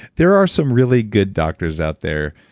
there are some really good doctors out there,